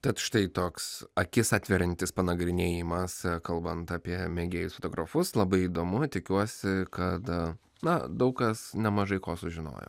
tad štai toks akis atveriantis panagrinėjimas kalbant apie mėgėjus fotografus labai įdomu tikiuosi kad na daug kas nemažai ko sužinojo